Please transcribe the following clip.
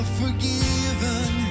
forgiven